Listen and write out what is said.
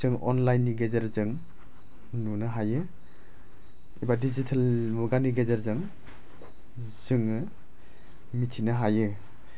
जों अनलाइननि गेजेरजों नुनो हायो एबा दिजिटेल मुगानि गेजेरजों जोङो मिथिनो हायो